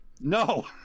No